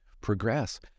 progress